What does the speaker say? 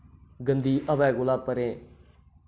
गंदी हवै कोला परें